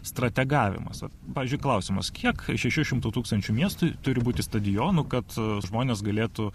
strategavimas pavyzdžiui klausimas kiek šešių šimtų tūkstančių miestui turi būti stadionų kad žmonės galėtų